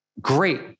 great